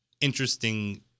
interesting